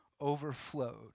Overflowed